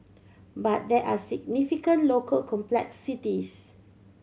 but there are significant local complexities